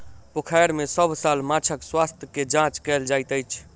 पोखैर में सभ साल माँछक स्वास्थ्य के जांच कएल जाइत अछि